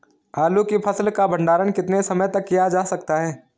आलू की फसल का भंडारण कितने समय तक किया जा सकता है?